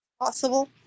possible